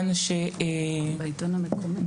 צוף, בעיתון המקומי.